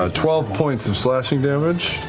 ah twelve points of slashing damage.